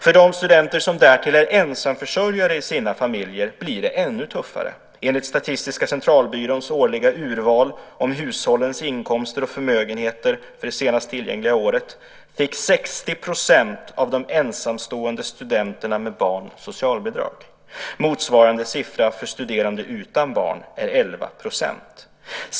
För de studenter som därtill är ensamförsörjare i sina familjer blir det ännu tuffare. Enligt Statistiska centralbyråns årliga redovisning av hushållens inkomster och förmögenheter för det senast tillgängliga året fick 60 % av de ensamstående studenterna med barn socialbidrag. Motsvarande siffra för studerande utan barn är 11 %.